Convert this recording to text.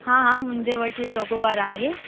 हा हा मुंहिंजे वटि चोकोबार आहे